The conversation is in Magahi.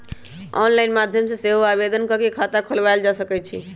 ऑनलाइन माध्यम से सेहो आवेदन कऽ के खता खोलायल जा सकइ छइ